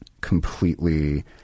completely